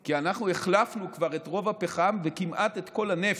כי אנחנו החלפנו כבר את רוב הפחם וכמעט את כל הנפט,